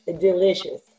delicious